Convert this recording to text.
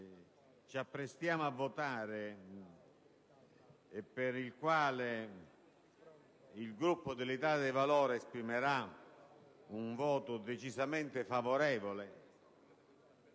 ci apprestiamo a votare, e per il quale il Gruppo dell'Italia dei Valori esprimerà un voto decisamente favorevole,